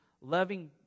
loving